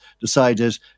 decided